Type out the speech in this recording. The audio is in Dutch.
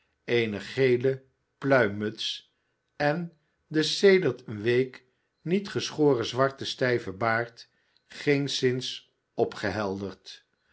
eene gele pluimmuts en den sedert eene week niet geschoren zwarten stijven baard geenszins